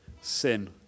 sin